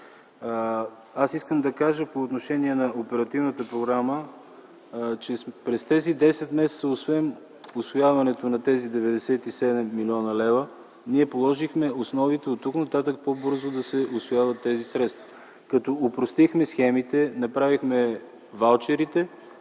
Аз искам да кажа по отношение на оперативната програма, че през тези десет месеца освен усвояването на тези 97 млн. лв., ние положихме условията оттук нататък по-бързо да се усвояват тези средства, като опростихме схемите, направихме ваучерите